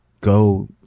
go